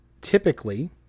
typically